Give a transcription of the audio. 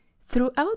throughout